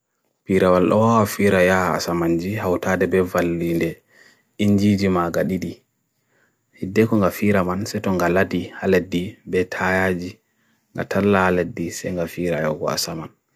Pira wal oa firaya asaman jihaw tade beval lile injiji magadidi. Iddekunga firaman setunga ladi aladi bethaya jihatala aladi senga firaya oa asaman.